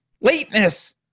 lateness